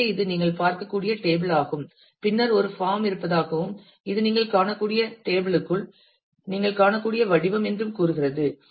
எனவே இது நீங்கள் பார்க்கக்கூடிய டேபிள் ஆகும் பின்னர் ஒரு பாம் இருப்பதாகவும் இது நீங்கள் காணக்கூடிய டேபிள் க்குள் நீங்கள் காணக்கூடிய வடிவம் என்றும் கூறுகிறது